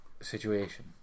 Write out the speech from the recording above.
situation